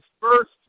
first